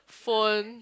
phone